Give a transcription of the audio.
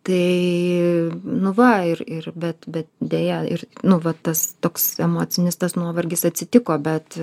tai nu va ir ir bet bet deja ir nu va tas toks emocinis tas nuovargis atsitiko bet